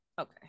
okay